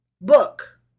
Book